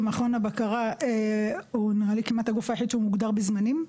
כי מכון הבקרה הוא נראה לי כמעט הגוף היחיד שמוגדר בזמנים,